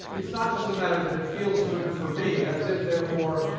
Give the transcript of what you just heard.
it's not just a matter that it feels good for me, as if therefore,